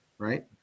right